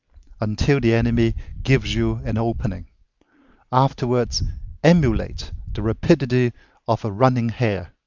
until the enemy gives you an opening afterwards emulate the rapidity of a running hare,